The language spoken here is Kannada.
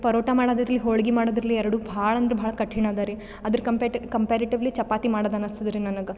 ಪರೋಟ ಮಾಡೋದಿರ್ಲಿ ಹೊಳಿಗೆ ಮಾಡೋದಿರ್ಲಿ ಎರಡು ಭಾಳ ಅಂದ್ರೆ ಭಾಳ ಕಠಿಣ್ ಅದರಿ ಅದ್ರ ಕಂಪಾರಿಟಿವ್ಲಿ ಚಪಾತಿ ಮಾಡೋದು ಅನ್ನಿಸ್ತದ್ರಿ ನನಗೆ